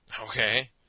Okay